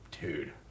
dude